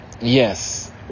Yes